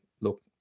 look